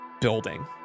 building